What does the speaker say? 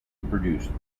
produced